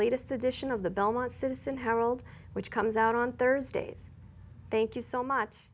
latest edition of the belmont citizen herald which comes out on thursdays thank you so much